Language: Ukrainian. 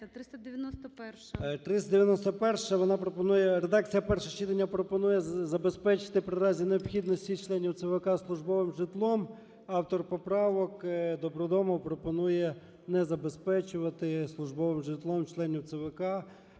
редакція першого читання пропонує забезпечити в разі необхідності членів ЦВК службовим житлом. Автор поправок Добродомов пропонує не забезпечувати службовим житлом членів ЦВК